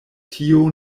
tio